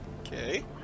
Okay